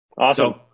Awesome